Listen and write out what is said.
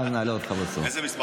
ואז נעלה אותך בסוף.